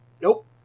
Nope